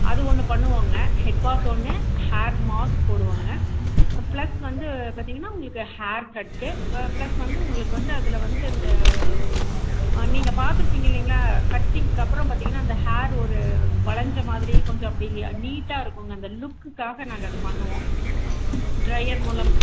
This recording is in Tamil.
அது ஒன்று பண்ணுவோங்க ஹெட் பாத் ஒன்று ஹேர் மாஸ்க் போடுவோங்க பிளஸ் வந்து பார்த்திங்கன்னா உங்களுக்கு ஹேர் கட்டு பெ பிளஸ் வந்து உங்களுக்கு வந்து அதில் வந்து அந்த நீங்க பார்த்துருப்பிங்க இல்லைங்களா கட்டிங்கப்புறம் பார்த்திங்கன்னா அந்த ஹேர் ஒரு வளைஞ்ச மாதிரி கொஞ்சம் அப்படி நீட்டாக இருக்குங்க அந்த லுக்குக்காக நாங்கள் அது பண்ணுவோம் ட்ரையர் மூலமாக